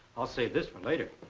i'll save this for later.